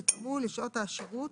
יותאמו לשעות השירות